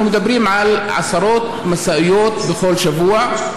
אנחנו מדברים על עשרות משאיות כל שבוע.